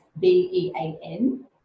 B-E-A-N